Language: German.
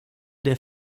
der